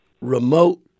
remote